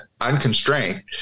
Unconstrained